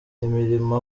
imirimo